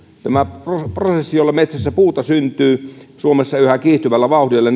tämä prosessi jolla metsässä puuta syntyy suomessa yhä kiihtyvällä vauhdilla